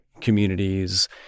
communities